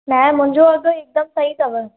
नाहे मुंहिंजो अघु हिकदमि सही अथव